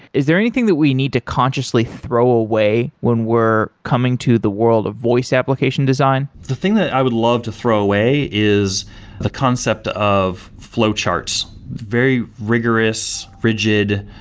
is there anything that we need to consciously throw away when we're coming to the world of voice application design? the thing that i would love to throw away is the concept of flow charts very rigorous, rigid,